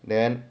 then